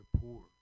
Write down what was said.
poor